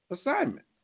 assignment